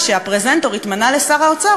כשהפרזנטור התמנה לשר האוצר,